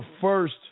first